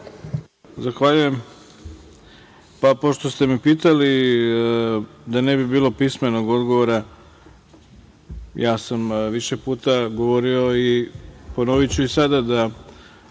Zahvaljujem. Pošto ste me pitali, da ne bi bilo pismenog odgovora, ja sam više puta govorio i ponoviću i sada da